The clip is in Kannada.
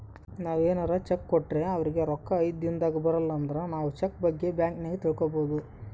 ನಾವು ಏನಾರ ಚೆಕ್ ಕೊಟ್ರೆ ಅವರಿಗೆ ರೊಕ್ಕ ಐದು ದಿನದಾಗ ಬಂದಿಲಂದ್ರ ನಾವು ಚೆಕ್ ಬಗ್ಗೆ ಬ್ಯಾಂಕಿನಾಗ ತಿಳಿದುಕೊಬೊದು